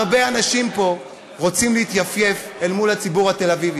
הרבה אנשים פה רוצים להתייפייף אל מול הציבור התל-אביבי,